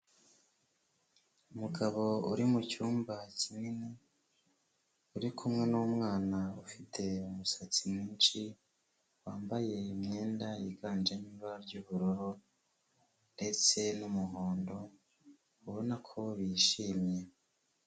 Umugabo uri mu cyumba kinini uri kumwe n'umwana ufite umusatsi mwinshi, wambaye imyenda yiganjemo ibara ry'ubururu ndetse n'umuhondo, ubona ko yishimye.